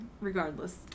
regardless